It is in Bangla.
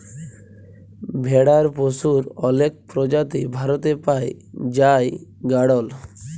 ভেড়ার পশুর অলেক প্রজাতি ভারতে পাই জাই গাড়ল